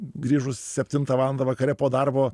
grįžus septintą valandą vakare po darbo